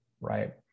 right